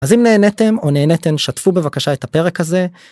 אז אם נהניתם או נהניתם שתפו בבקשה את הפרק הזה.